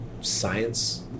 science